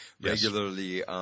regularly